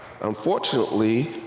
unfortunately